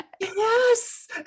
Yes